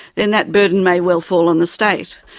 then that burden may well fall on the state,